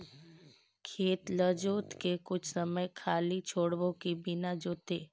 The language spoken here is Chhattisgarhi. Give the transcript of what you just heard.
खेत ल जोत के कुछ समय खाली छोड़बो कि बिना जोते?